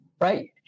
right